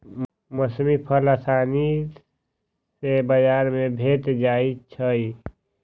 मौसमी फल असानी से बजार में भेंट जाइ छइ